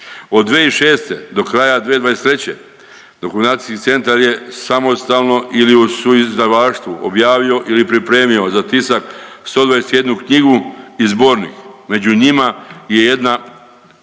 Od 2006. do kraja 2023. Dokumentacijski centar je samostalno ili u suizdavaštvu objavio ili pripremio za tisak 121 knjigu i zbornik. Među njima je jedna